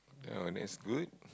oh that's good